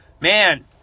Man